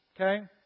Okay